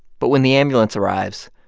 but when the ambulance arrives,